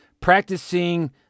practicing